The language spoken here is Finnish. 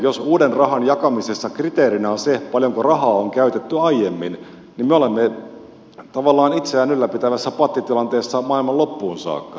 jos uuden rahan jakamisessa kriteerinä on se paljonko rahaa on käytetty aiemmin niin me olemme tavallaan itseään ylläpitävässä pattitilanteessa maailman loppuun saakka